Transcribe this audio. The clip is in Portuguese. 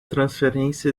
transferência